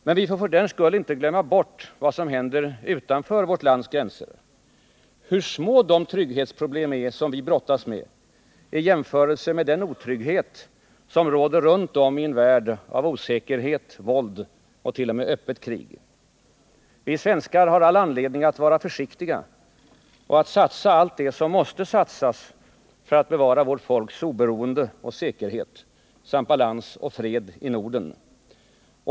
Men vi får inte för den skull glömma bort vad som händer utanför våra gränser — hur små de trygghetsproblem är som vi brottas med i jämförelse med den otrygghet som råder runt om i en värld av osäkerhet, våld och t.o.m. öppet krig. Vi svenskar har all anledning att vara försiktiga och att satsa allt det som måste satsas för att bevara vårt folks oberoende och säkerhet samt balans och fred i Norden.